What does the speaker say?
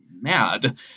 mad